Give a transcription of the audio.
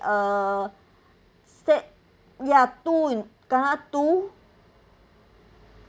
uh state ya two in two